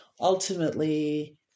ultimately